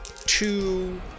two